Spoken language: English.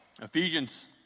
Ephesians